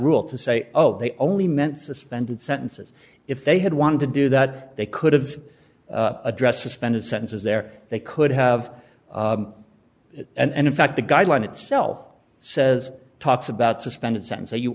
rule to say oh they only meant suspended sentences if they had wanted to do that they could have address suspended sentences there they could have it and in fact the guideline itself says talks about suspended sentence